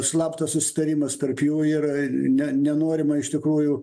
slaptas susitarimas tarp jų ir ne nenorima iš tikrųjų